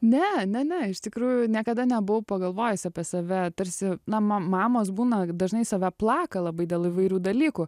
ne ne ne iš tikrųjų niekada nebuvau pagalvojusi apie save tarsi na ma mamos būna dažnai save plaka labai dėl įvairių dalykų